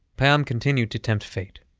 payam continued to tempt fate.